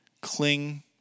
Cling